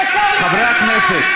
תעצור לי את הזמן.